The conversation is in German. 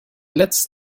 letzt